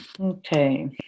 okay